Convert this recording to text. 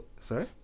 Sorry